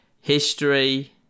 history